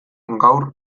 gaur